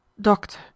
Doctor